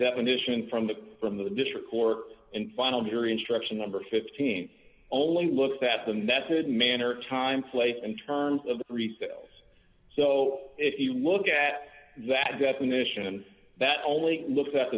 definition from the from the district court and final jury instruction number fifteen only looked at the method man or a time place and terms of resales so if you look at that definition that only looked at